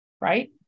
right